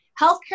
Healthcare